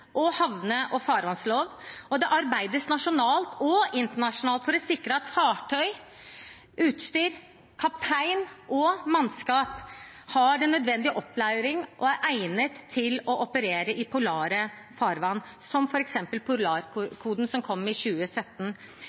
og havne- og farvannslov. Det arbeides nasjonalt og internasjonalt for å sikre at fartøy, utstyr, kaptein og mannskap har den nødvendige opplæring og er egnet til å operere i polare farvann, jf. f.eks. Polarkoden, som kom i 2017.